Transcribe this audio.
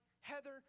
Heather